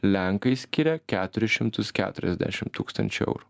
lenkai skiria keturis šimtus keturiasdešim tūkstančių eurų